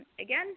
again